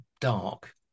dark